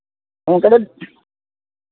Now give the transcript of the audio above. ᱚᱱᱠᱟ ᱫᱚ